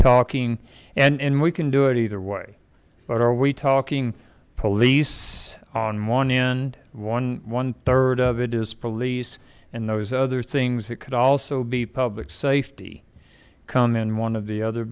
talking and we can do it either way but are we talking police on one hand one one third of it is police and those other things that could also be public safety come in one of the other